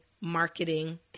marketing